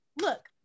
Look